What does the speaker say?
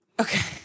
Okay